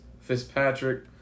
Fitzpatrick